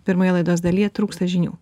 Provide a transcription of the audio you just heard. pirmoje laidos dalyje trūksta žinių